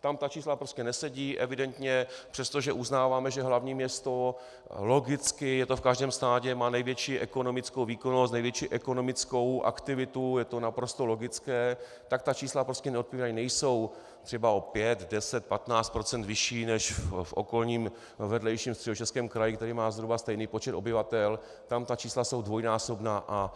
Tam ta čísla prostě nesedí, evidentně přesto, že uznáváme, že hlavní město, logicky, je to v každém státě, má největší ekonomickou výkonnost, největší ekonomickou aktivitu, je to naprosto logické, tak ta čísla prostě neodpovídají, nejsou třeba o 5, 10, 15 % vyšší než v okolním, vedlejším, Středočeském kraji, který má zhruba stejný počet obyvatel, tam ta čísla jsou dvojnásobná a